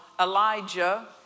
Elijah